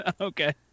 Okay